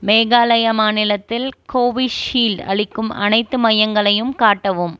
மேகாலயா மாநிலத்தில் கோவிஷீல்டு அளிக்கும் அனைத்து மையங்களையும் காட்டவும்